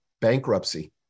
bankruptcy